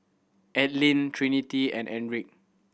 Adline Trinity and Enrique